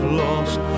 lost